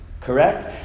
Correct